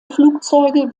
flugzeuge